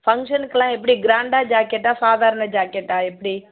ஃபங்க்ஷனுக்குலாம் எப்படி க்ராண்ட்டாக ஜாக்கெட்டா சாதாரண ஜாக்கெட்டா எப்படி